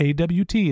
AWT